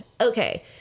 Okay